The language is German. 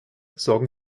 sorgen